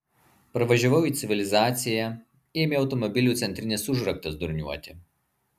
parvažiavau į civilizaciją ėmė automobilio centrinis užraktas durniuoti